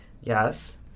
Yes